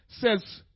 says